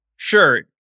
shirt